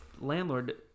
landlord